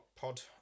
Pod